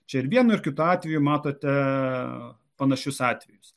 čia ir vienu ir kitu atveju matote panašius atvejus